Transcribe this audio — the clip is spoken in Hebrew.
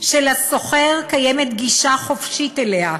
שלשוכר קיימת גישה חופשית אליה,